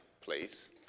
please